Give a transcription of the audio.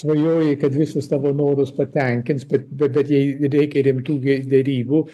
svajoji kad visus tavo norus patenkins bet bet bet jei reikia rimtų gi derybų